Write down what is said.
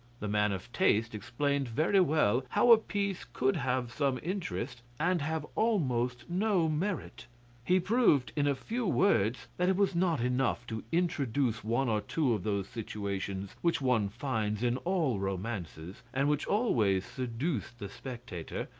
the man of taste explained very well how a piece could have some interest, and have almost no merit he proved in few words that it was not enough to introduce one or two of those situations which one finds in all romances, and which always seduce the spectator,